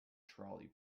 trolley